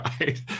right